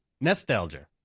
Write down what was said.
Nostalgia